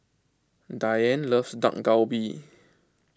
Diann loves Dak Galbi